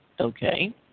okay